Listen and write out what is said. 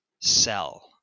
sell